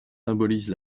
symbolise